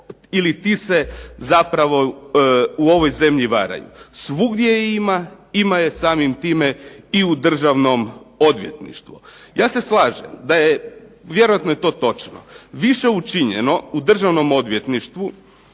ili ti se zapravo u ovoj zemlji varaju. Svugdje je ima, ima je samim time i u Državnom odvjetništvu. Ja se slažem da je vjerojatno i to točno više učinjeno u Državnom odvjetništvu